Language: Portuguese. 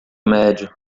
médio